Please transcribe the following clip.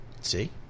See